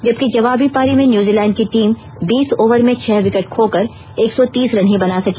जबकि जवाबी पारी में न्यूजीलैंड की टीम बीस ओवर में छह विकेट खोकर एक सौ तीस रन ही बना सकी